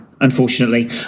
Unfortunately